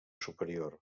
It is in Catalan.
superior